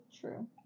True